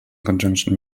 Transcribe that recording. conjunction